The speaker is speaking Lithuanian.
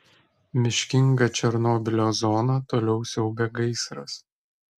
miškingą černobylio zoną toliau siaubia gaisras